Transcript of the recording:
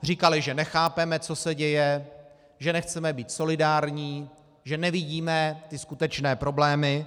Říkaly, že nechápeme, co se děje, že nechceme být solidární, že nevidíme ty skutečné problémy.